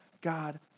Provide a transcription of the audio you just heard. God